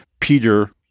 Peter